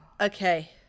Okay